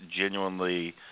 genuinely